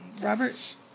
Robert